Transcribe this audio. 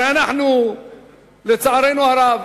לצערנו הרב,